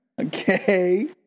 Okay